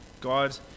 God